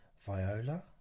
Viola